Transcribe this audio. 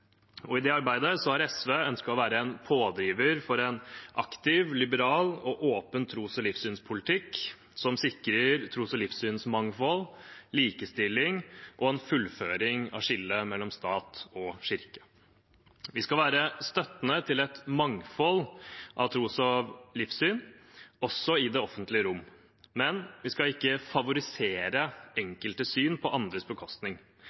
I det arbeidet har SV ønsket å være en pådriver for en aktiv, liberal og åpen tros- og livssynspolitikk som sikrer tros- og livssynsmangfold, likestilling og en fullføring av skillet mellom stat og kirke. Vi skal være støttende til et mangfold av tro og livssyn, også i det offentlige rom. Men vi skal ikke favorisere enkeltes syn på andres bekostning,